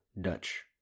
Dutch